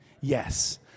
Yes